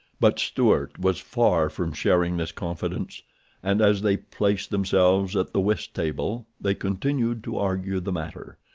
but stuart was far from sharing this confidence and, as they placed themselves at the whist-table, they continued to argue the matter.